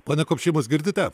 pone kupšy mus girdite